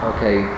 Okay